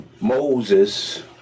Moses